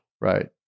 Right